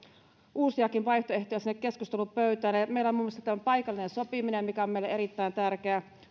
uusiakin vaihtoehtoja keskustelupöytään meillä on muun muassa paikallinen sopiminen mikä on meille erittäin tärkeä olemme valmiit